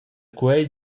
quei